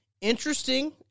Interesting